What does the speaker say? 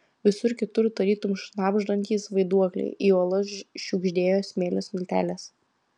visur kitur tarytum šnabždantys vaiduokliai į uolas šiugždėjo smėlio smiltelės